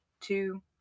two